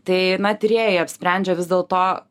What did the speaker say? tai na tyrėjai apsprendžia vis dėl to